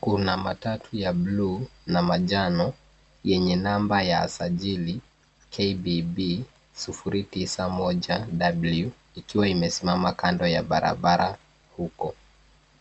Kuna matatu ya blue na manjano yenye namba ya sajili KBB 091W ikiwa imesimama kando ya barabara huko.